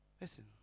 Listen